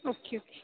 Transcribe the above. okay okay